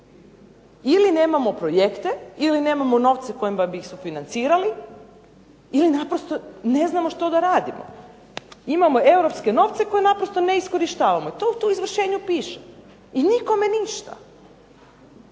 Ili nemamo projekte ili nemamo novce s kojima bi sufinancirali ili naprosto ne znamo što da radimo. Imamo europske novce koje naprosto ne iskorištavamo. To tu u izvršenju piše i nikome ništa.